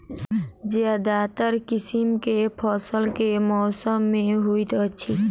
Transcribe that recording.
ज्यादातर किसिम केँ फसल केँ मौसम मे होइत अछि?